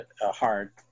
Hard